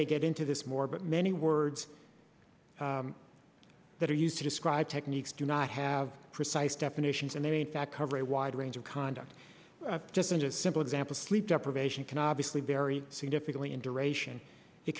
may get into this more but many words that are used to describe techniques do not have precise definitions and they mean that cover a wide range of conduct just a simple example sleep deprivation can obviously very significantly in duration it